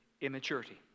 immaturity